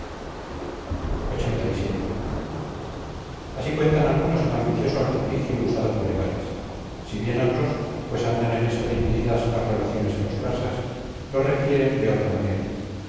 rey lxxxvii así cuentan algunos el ambicioso artificio usado por ebares si bien otros pues andan en esto divididas las relaciones de los persas lo refieren de otra manera